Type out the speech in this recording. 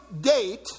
date